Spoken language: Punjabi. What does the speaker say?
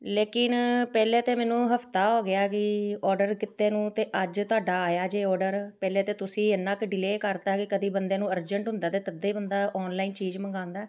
ਲੇਕਿਨ ਪਹਿਲੇ ਤਾਂ ਮੈਨੂੰ ਹਫ਼ਤਾ ਹੋ ਗਿਆ ਕਿ ਔਡਰ ਕੀਤੇ ਨੂੰ ਅਤੇ ਅੱਜ ਤੁਹਾਡਾ ਆਇਆ ਜੇ ਔਡਰ ਪਹਿਲੇ ਤਾਂ ਤੁਸੀਂ ਇੰਨਾ ਕੁ ਡਿਲੇਅ ਕਰਤਾ ਕਿ ਕਦੇ ਬੰਦੇ ਨੂੰ ਅਰਜੈਂਟ ਹੁੰਦਾ ਤਾਂ ਤੱਦੇ ਬੰਦਾ ਔਨਲਾਈਨ ਚੀਜ਼ ਮੰਗਵਾਉਂਦਾ